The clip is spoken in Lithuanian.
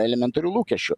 elementarių lūkesčių